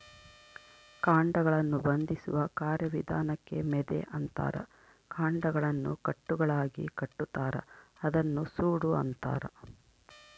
ಕಾಂಡಗಳನ್ನು ಬಂಧಿಸುವ ಕಾರ್ಯವಿಧಾನಕ್ಕೆ ಮೆದೆ ಅಂತಾರ ಕಾಂಡಗಳನ್ನು ಕಟ್ಟುಗಳಾಗಿಕಟ್ಟುತಾರ ಅದನ್ನ ಸೂಡು ಅಂತಾರ